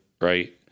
right